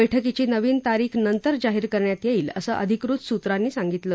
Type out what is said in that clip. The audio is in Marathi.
बैठकीची नवीन तारीख नंतर जाहीर करण्यात येईल असं अधिकृत सूत्रांनी सांगितलं